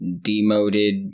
demoted